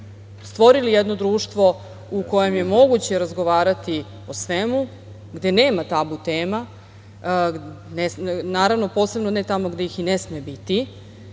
stvorili jedno društvo u kojem je moguće razgovarati o svemu, gde nema tabu tema, naravno posebno ne tamo gde ih i ne sme biti.